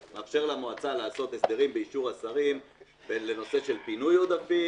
למועצה לעשות הסדרים באישור השרים לנושא של פינוי עודפים,